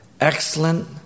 excellent